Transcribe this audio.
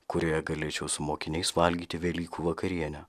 kurioje galėčiau su mokiniais valgyti velykų vakarienę